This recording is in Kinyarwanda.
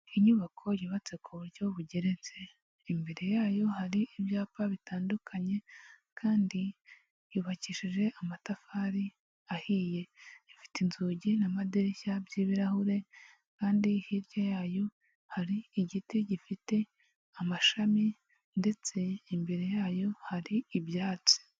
Inyubako yubatse ku buryo bugeretse imbere yayo hari ibyapa bitandukanye kandi yubakishije amatafari ahiye, ifite inzugi n'amaderishya by'ibirahure kandi hirya yayo hari igiti gifite amashami ndetse imbere yayo hari ibyatsi.